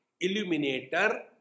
illuminator